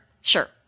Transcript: sure